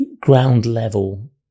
ground-level